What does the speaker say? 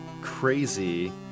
crazy